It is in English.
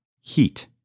heat